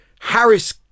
Harris